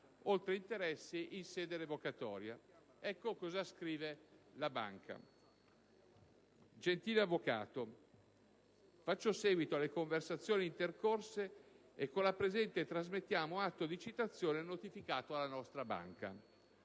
oltre agli interessi, in sede di revocatoria. Ecco cosa scrive la banca: «Gentile avvocato, faccio seguito alle conversazioni intercorse e con la presente trasmettiamo atto di citazione notificato alla nostra banca.